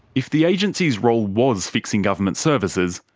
if the agency's role was fixing government services,